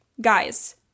Guys